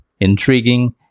intriguing